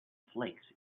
flakes